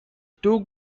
too